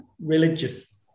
religious